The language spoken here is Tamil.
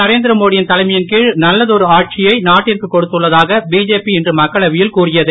நரேந்திரமோடி யின் தலைமையின் கீழ் நல்லதொரு ஆட்சியை நாட்டிற்கு கொடுத்துள்ளதாக பிஜேபி இன்று மக்களவையில் கூறியது